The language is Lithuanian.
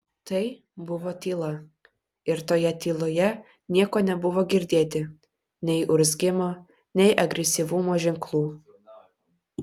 tai buvo tyla ir toje tyloje nieko nebuvo girdėti nei urzgimo nei agresyvumo ženklų